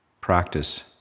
practice